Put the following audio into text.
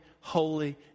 holy